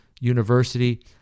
University